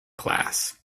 class